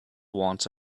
want